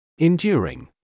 Enduring